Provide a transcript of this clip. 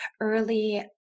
early